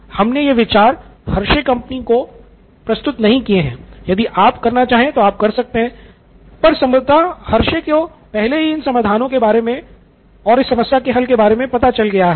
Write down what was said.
हमने ये विचार हर्षे कंपनी को प्रस्तुत नहीं किए हैं यदि आप करना चाहते हैं तो आप कर सकते हैं पर संभवतः हर्षे को पहले ही इन समाधानो पता है कि इस समस्या को कैसे हल करना है